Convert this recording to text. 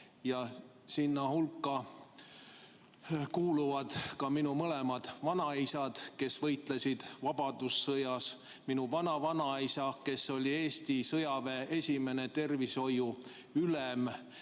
Nende hulka kuuluvad minu mõlemad vanaisad, kes võitlesid vabadussõjas, minu vanavanaisa, kes oli Eesti sõjaväe esimene tervishoiuülem,